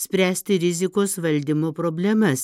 spręsti rizikos valdymo problemas